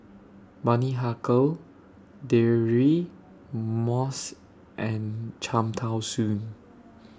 Bani Haykal Deirdre Moss and Cham Tao Soon